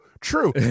true